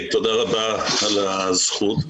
תודה רבה על הזכות.